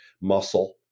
muscle